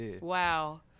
Wow